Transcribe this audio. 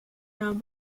round